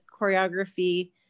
choreography